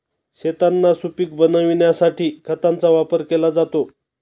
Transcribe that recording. शेतांना सुपीक बनविण्यासाठी खतांचा वापर केला जातो